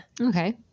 Okay